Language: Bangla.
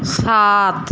সাত